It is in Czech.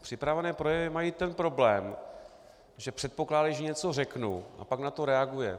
Připravené projevy mají ten problém, že předpokládají, že něco řeknu, a pak na to reaguje.